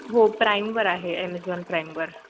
हो प्राईमवर आहे ॲमेझॉन प्राईमवर